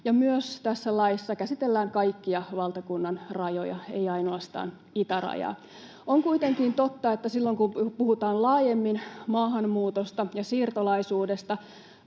— ja tässä laissa myös käsitellään kaikkia valtakunnan rajoja, ei ainoastaan itärajaa. On kuitenkin totta, että silloin kun puhutaan laajemmin maahanmuutosta ja siirtolaisuudesta,